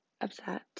upset